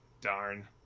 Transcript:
Darn